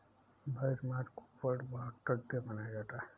बाईस मार्च को वर्ल्ड वाटर डे मनाया जाता है